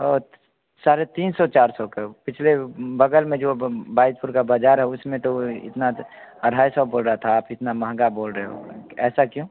ओह तो साढ़े तीन सौ चार सौ का पिछले बगल में जो बाइजपुर का बाजार है उसमें तो इ इतना त अढ़ाई सौ बोल रहा था आप इतना महंगा बोल रहे हो ऐसा क्यों